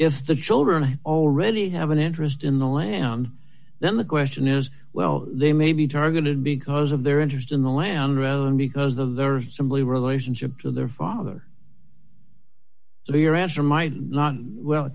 if the children have already have an interest in the land then the question is well they may be targeted because of their interest in the land around because the earth simply relationship to their father so your answer might not well